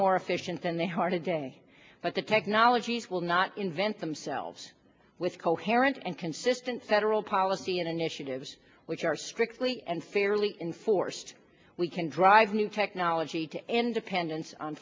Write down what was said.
more efficient than the heart of day but the technologies will not invent themselves with a coherent and consistent federal policy initiatives which are strictly and fairly enforced we can drive new technology to end dependence on